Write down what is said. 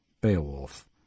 BEOWULF